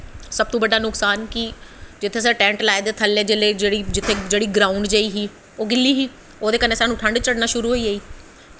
सब तो बड्डा नुकसान कि जित्थै असें टैंट लाए दे हे थ'ल्ले जेह्ड़ी ग्राउंड़ जेही ही ओह् गिल्ली ही ओह्दे कन्नै सानूं ठंड चढ़ना शुरू होई गेई